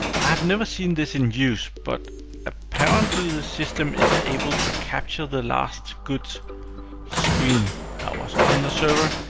i've never seen this in use, but apparently, the system is able to capture the last good screen that was on the server,